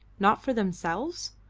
not for themselves?